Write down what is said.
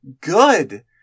good